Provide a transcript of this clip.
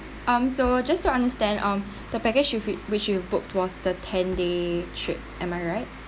um so just to understand um the package you've whi~ which you've booked was the ten day trip am I right